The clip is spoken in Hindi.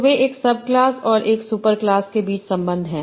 तो वे एक सबक्लास और एक सुपरक्लास के बीच संबंध हैं